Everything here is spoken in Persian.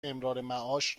امرارمعاش